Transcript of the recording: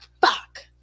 fuck